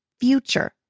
future